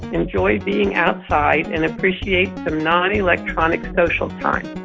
enjoy being outside and appreciate some nonelectronic social time.